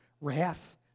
wrath